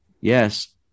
Yes